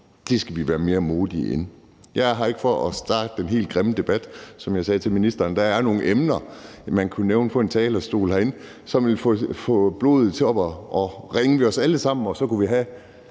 Der skal vi være mere modige. Jeg er her ikke for at starte den helt grimme debat. Som jeg sagde til ministeren, er der nogle emner, man kunne nævne på talerstolen herinde, som ville få blodet til at koge i os alle sammen – eller vi ville